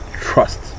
trust